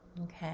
okay